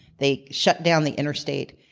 they shut down the interstate,